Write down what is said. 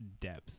depth